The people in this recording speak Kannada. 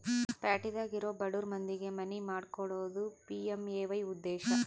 ಪ್ಯಾಟಿದಾಗ ಇರೊ ಬಡುರ್ ಮಂದಿಗೆ ಮನಿ ಮಾಡ್ಕೊಕೊಡೋದು ಪಿ.ಎಮ್.ಎ.ವೈ ಉದ್ದೇಶ